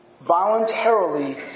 voluntarily